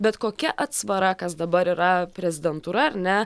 bet kokia atsvara kas dabar yra prezidentūra ar ne